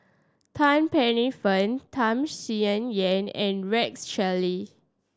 Tan Paey Fern Tham Sien Yen and Rex Shelley